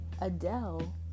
Adele